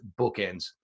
bookends